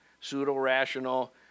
pseudo-rational